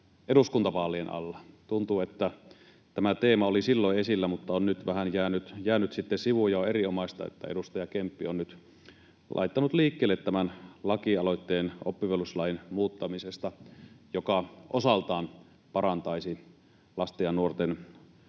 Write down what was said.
eduskuntavaalien alla. Tuntuu, että tämä teema oli silloin esillä mutta on nyt sitten jäänyt vähän sivuun. Ja on erinomaista, että edustaja Kemppi on nyt laittanut liikkeelle tämän lakialoitteen oppivelvollisuuslain muuttamisesta, joka osaltaan parantaisi lasten ja nuorten